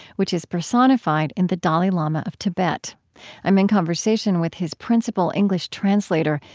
which is personified in the dalai lama of tibet i'm in conversation with his principal english translator,